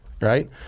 Right